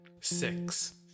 six